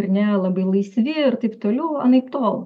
ar ne labai laisvi ir taip toliau anaiptol